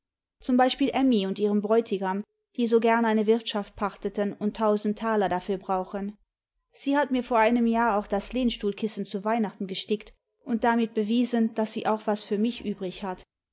ziun beispiel emmy und ihrem bräutigam die so gern eine wirtschaft pachteten imd tausend taler dafür brauchen sie hat mir vor einem jahr auch das lehnstuhlkissen zu weihnachten gestickt und damit bewiesen daß sie auch was für mich übrig hat